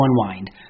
unwind